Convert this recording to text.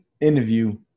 interview